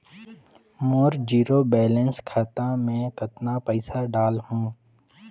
मोर zero balance खाता मे कतना पइसा डाल हूं?